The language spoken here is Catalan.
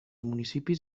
municipis